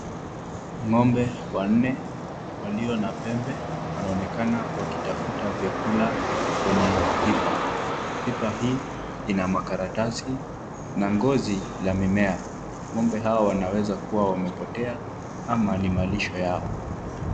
Ng'ombe wanne walio na pembe wanaonekana wakitafuta vyakula kwenye pipa, pipa hii ina makaratasi na ngozi ya mimea ,ngombe Hawa wanaweza kuwa wamepotea ama ni malisho yao.